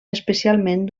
especialment